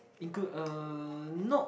include uh not